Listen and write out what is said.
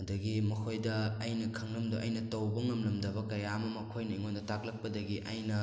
ꯑꯗꯒꯤ ꯃꯈꯣꯏꯗ ꯑꯩꯅ ꯈꯪꯂꯝꯗꯕ ꯑꯩꯅ ꯇꯧꯕ ꯉꯝꯂꯝꯗꯕ ꯀꯌꯥ ꯑꯃ ꯃꯈꯣꯏꯅ ꯑꯩꯉꯣꯟꯗ ꯇꯥꯛꯂꯛꯄꯗꯒꯤ ꯑꯩꯅ